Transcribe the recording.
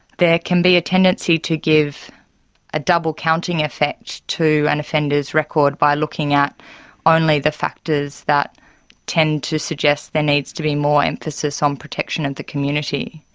there can be a tendency to give a double counting effect to an offender's record by looking at only the factors that tend to suggest there needs to be more emphasis on protection of the community.